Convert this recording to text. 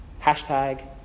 Hashtag